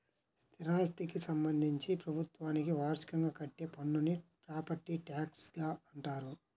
స్థిరాస్థికి సంబంధించి ప్రభుత్వానికి వార్షికంగా కట్టే పన్నును ప్రాపర్టీ ట్యాక్స్గా అంటారు